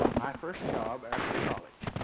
my first job after college